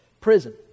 prison